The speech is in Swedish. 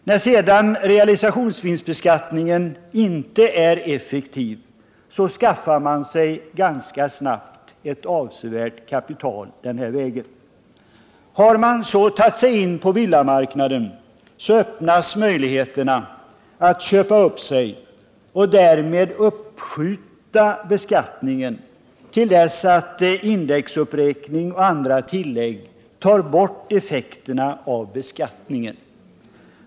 När sedan realisationsvinstbeskattningen inte är effektiv, skaffar man sig ganska snart ett avsevärt kapital den här vägen. Har man så tagit sig in på villamarknaden, öppnas möjligheterna att köpa upp sig och därmed uppskjuta beskattningen till dess att indexuppräkningen och andra tillägg tar bort effekterna av beskattningen.